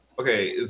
Okay